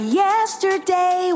yesterday